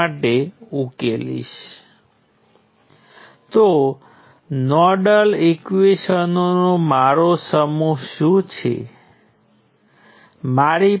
અહીં મેં જે મૂક્યું છે તે રેઝિસ્ટર માટે નોડલ વિશ્લેષણ સમીકરણોની સામાન્ય રચના છે